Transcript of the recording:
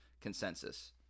consensus